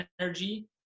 energy